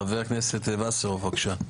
חבר הכנסת וסרלאוף, בבקשה.